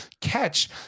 catch